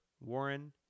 Warren